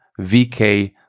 VK